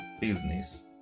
business